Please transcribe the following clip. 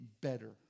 better